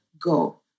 go